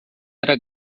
era